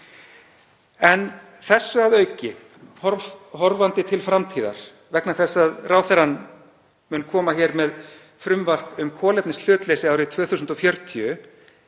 En þar að auki, horfandi til framtíðar, vegna þess að ráðherrann mun koma með frumvarp um kolefnishlutleysi árið 2040,